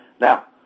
now